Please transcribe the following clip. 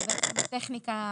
זאת טכניקה משפטית.